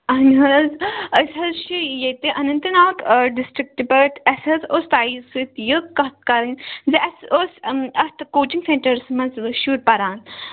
آہَن حظ أسۍ حظ چھِ ییٚتہِ اَنَنتہٕ ناگ ڈِسٹرٛیکٹہٕ پیٚٹھ اسہِ حظ ٲس تۄہہِ سۭتۍ یہِ کَتھ کَرٕنۍ زِ اَسہِ اوس اَتھ کوچِنٛگ سیٚنٹَرَس منٛز شُرۍ پَران